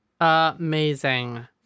amazing